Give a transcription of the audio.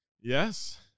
Yes